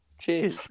Cheers